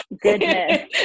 goodness